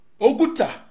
Oguta